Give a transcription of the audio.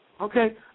Okay